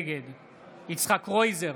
נגד יצחק קרויזר,